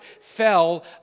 fell